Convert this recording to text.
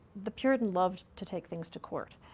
the puritan loved to take things to court.